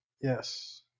Yes